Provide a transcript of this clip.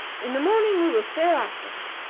in the morning we will sail after him.